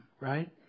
right